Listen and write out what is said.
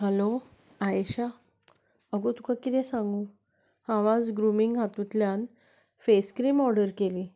hello Ayesha आगो तुका कितें सांगूं हांव आयज ग्रुमींग हातुंतल्यान फेस क्रीम ऑर्डर केली